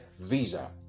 visa